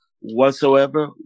whatsoever